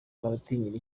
baratinyira